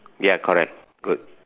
ya correct good